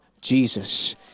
Jesus